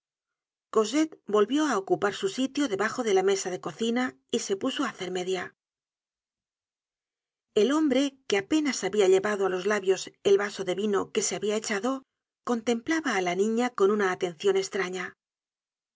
cosette volvió á ocupar su sitio debajo de la mesa de cocina y se puso á hacer media el hombre que apenas habia llevado á los labios el vaso de vino que se habia echado contemplaba á la niña con una atencion estraña